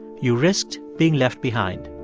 you risked being left behind